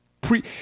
pre